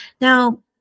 now